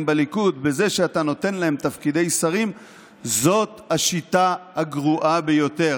בליכוד בזה שאתה נותן להם תפקידי שרים זאת השיטה הגרועה ביותר.